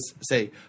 Say